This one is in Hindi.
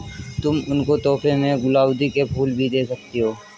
तुम उनको तोहफे में गुलाउदी के फूल भी दे सकती हो